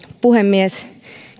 puhemies